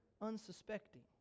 unsuspecting